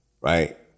right